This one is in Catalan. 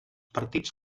partits